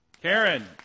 Karen